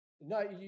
no